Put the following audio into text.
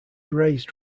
raised